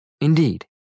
Indeed